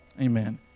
Amen